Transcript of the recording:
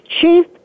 Chief